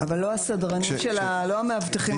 אבל לא המאבטחים הפרטיים.